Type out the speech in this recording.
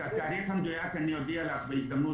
את התאריך המדויק אני אודיע לך בהזדמנות,